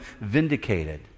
vindicated